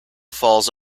falls